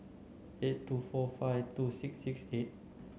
eight two four five two six six eight